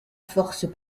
force